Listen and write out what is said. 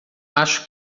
acho